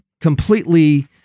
completely